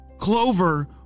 Clover